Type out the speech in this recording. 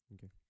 Okay